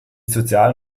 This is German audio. soziale